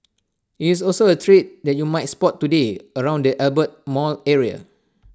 IT is also A trade that you might spot today around the Albert mall area